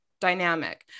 dynamic